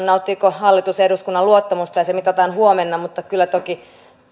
nauttiiko hallitus eduskunnan luottamusta ja se mitataan huomenna mutta kyllä toki